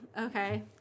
okay